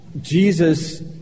Jesus